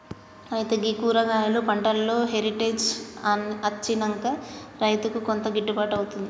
అయితే గీ కూరగాయలు పంటలో హెరిటేజ్ అచ్చినంక రైతుకు కొంత గిట్టుబాటు అవుతుంది